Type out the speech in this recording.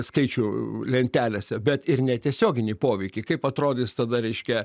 skaičių lentelėse bet ir netiesioginį poveikį kaip atrodys tada reiškia